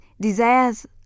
desires